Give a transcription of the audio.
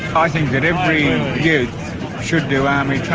i think that every youth should do army